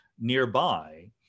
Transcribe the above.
nearby